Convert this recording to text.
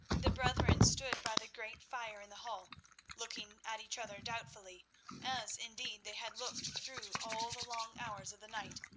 the brethren stood by the great fire in the hall looking at each other doubtfully as, indeed, they had looked through all the long hours of the night,